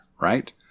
right